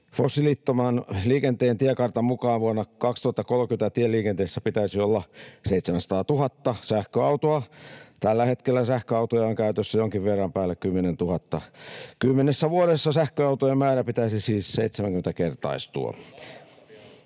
Fossiilittoman liikenteen tiekartan mukaan vuonna 2030 tieliikenteessä pitäisi olla 700 000 sähköautoa. Tällä hetkellä sähköautoja on käytössä jonkin verran päälle 10 000. Kymmenessä vuodessa sähköautojen määrän pitäisi siis 70-kertaistua.